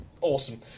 awesome